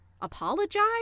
apologize